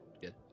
good